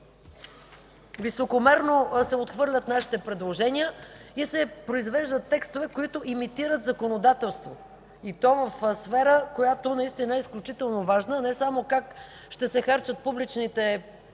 Високомерно се отхвърлят нашите предложения и се произвеждат текстове, които имитират законодателство, и то в сфера, която е изключително важна, не само как ще се харчат националните публични